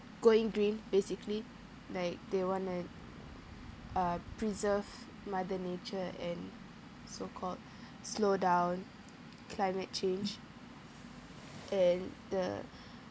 going green basically like they want to uh preserve mother nature and so called slow down climate change and the